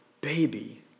baby